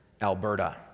Alberta